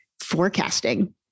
forecasting